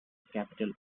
capital